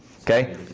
okay